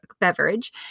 Beverage